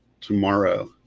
tomorrow